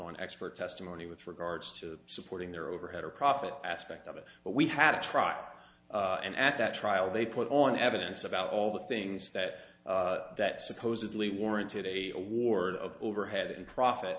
on expert testimony with regards to supporting their overhead or profit aspect of it but we had a trial and at that trial they put on evidence about all the things that that supposedly warranted a award of overhead profit